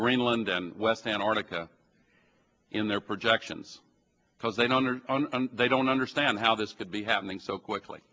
greenland and west antarctica in their projections because they don't or they don't understand how this could be happening so quickly